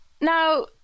Now